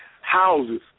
houses